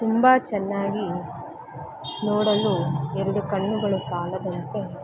ತುಂಬ ಚೆನ್ನಾಗಿ ನೋಡಲು ಎರಡು ಕಣ್ಣುಗಳು ಸಾಲದಂತೆ